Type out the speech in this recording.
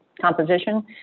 composition